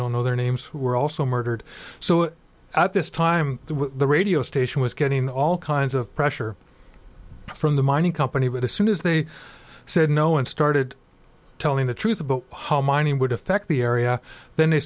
don't know their names were also murdered so at this time the radio station was getting all kinds of pressure from the mining company would as soon as they said no and started telling the truth about how mining would affect the area then they